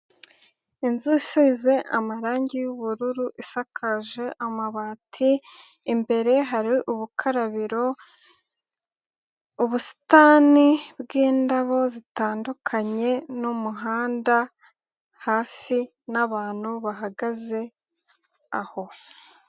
Inzu isize amarangi y'ubururu isakaje amabati, imbere hari ubukarabiro, ubusitani bwindabo zitandukanye n'umuhanda hafi n'abantutu bahagaze aho.